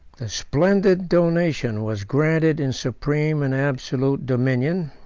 the splendid donation was granted in supreme and absolute dominion,